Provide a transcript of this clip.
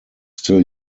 still